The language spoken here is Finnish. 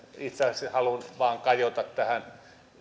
itse asiassa haluan vain kajota tähän